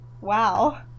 Wow